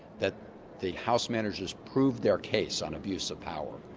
the the house managers proved their case on abuse of power.